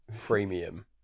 premium